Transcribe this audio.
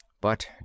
But